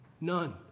none